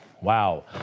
Wow